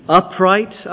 upright